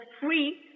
free